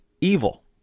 evil